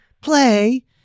play